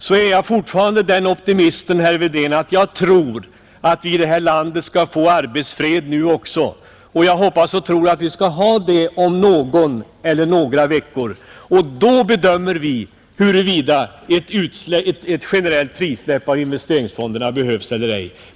Jag är fortfarande den optimisten, herr Wedén, att jag tror att vi i det här landet skall få arbetsfred nu också. Jag hoppas och tror att vi skall ha det om någon eller några veckor, och då bedömer vi huruvida ett generellt frisläpp av investeringsfonderna behövs eller ej.